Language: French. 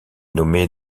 nommée